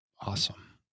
Awesome